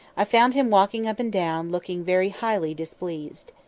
i found him walking up and down, looking very highly displeased.